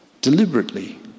deliberately